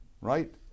right